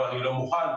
שאתה לא מוכן?